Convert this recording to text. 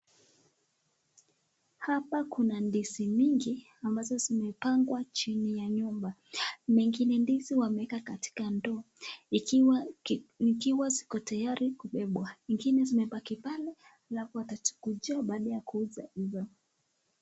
Hapa kuna ndizi mingi ambazo zimepangwa chini ya nyumba, mengine ndizi wameweka katika ndoo, ikiwa ziko tayari kubebwa ingine zimebaki pale, alafu watazikujia baada ya kuuza hizo.